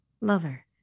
lover